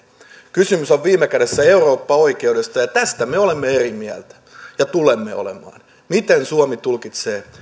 kysymys on viime kädessä eurooppaoikeudesta ja tästä me olemme eri mieltä ja tulemme olemaan miten suomi tulkitsee